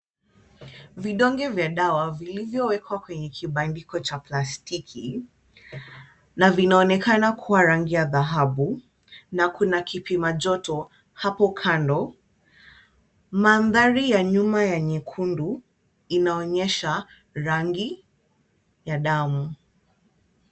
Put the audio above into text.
Vidonge vya dawa vilivyowekwa kwenye kibandiko cha plastiki na vinaonekana kuwa na rangi ya dhahabu na kuna kipima joto hapo kando. Mandhari ya nyuma ya nyekundu inaonyesha rangi ya damu.